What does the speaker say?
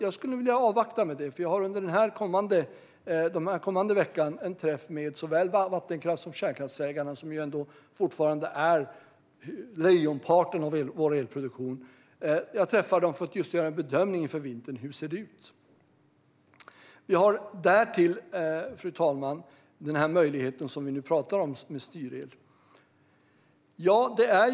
Jag skulle vilja avvakta med den, för jag har under den kommande veckan en träff med såväl vattenkraftsägarna som kärnkraftsägarna, som fortfarande står för lejonparten av vår elproduktion. Jag träffar dem för att just göra en bedömning inför vintern: Hur ser det ut? Fru talman! Vi har också möjligheten med styrel, som vi nu pratar om.